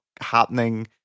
happening